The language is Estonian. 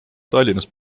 tallinnas